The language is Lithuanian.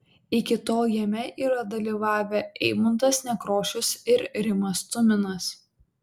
iki tol jame yra dalyvavę eimuntas nekrošius ir rimas tuminas